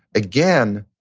again,